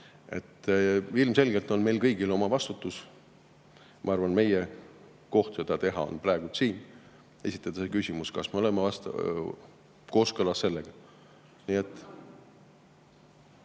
Ilmselgelt on meil kõigil oma vastutus. Ma arvan, meie koht seda teha on praegu siin, [tuleb] esitada küsimus, kas me oleme sellega